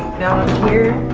now i'm here.